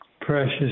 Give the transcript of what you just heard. precious